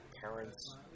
parents